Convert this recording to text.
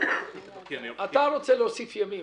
לפי השיטה שלך אתה רוצה להוסיף ימים.